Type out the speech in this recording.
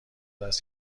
است